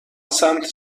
سمت